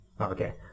Okay